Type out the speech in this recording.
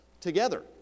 together